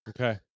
Okay